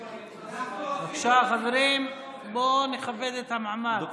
בבקשה, חברים, בואו נכבד את המעמד.